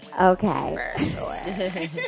Okay